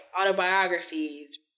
autobiographies